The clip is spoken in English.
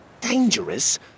Dangerous